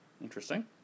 Interesting